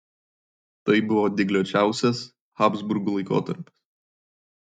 tai buvo dygliuočiausias habsburgų laikotarpis